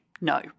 No